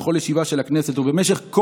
שלפיו בכל ישיבה של הכנסת ובמשך כל